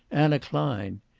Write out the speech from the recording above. anna klein.